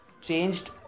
Changed